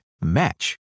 match